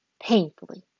painfully